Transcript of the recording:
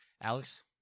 Alex